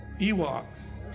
Ewoks